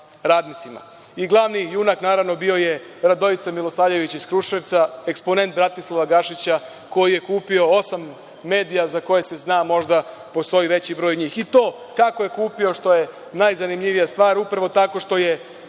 junak naravno bio je Radojica Milosavljević iz Kruševca, eksponente Bratislava Gašića koji je kupio osam medija za koje se zna, a možda postoji i veći broj njih i to kako je kupio, što najzanimljivija stvar? Upravo tako što je